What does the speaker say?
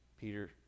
Peter